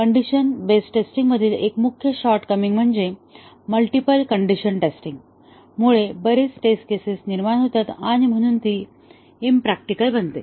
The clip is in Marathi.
कण्डिशन बेस्ड टेस्टिंग मधील एक मुख्य शॉर्ट कमिंग म्हणजे मल्टिपल कंडिशन टेस्टिंग मुळे बरीच टेस्ट केसेस निर्माण होतात आणि म्हणून ती इम्प्रॅक्टिकल बनते